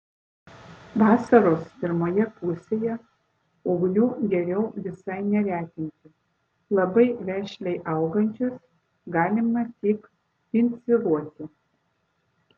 vasaros pirmoje pusėje ūglių geriau visai neretinti labai vešliai augančius galima tik pinciruoti